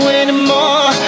anymore